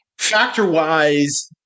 Factor-wise